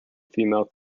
female